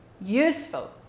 useful